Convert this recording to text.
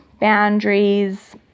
boundaries